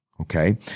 okay